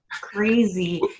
crazy